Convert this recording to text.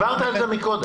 דיברת על זה קודם.